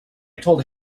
told